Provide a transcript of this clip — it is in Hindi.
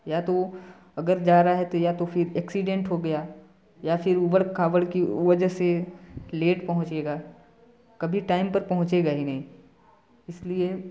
या तो वो अगर जा रहा है तो या तो फिर एक्सीडेंट हो गया या फिर ऊबड़ खाबड़ की वजह से लेट पहुँचेगा कभी टाइम पर पहुँचेगा ही नहीं इसलिए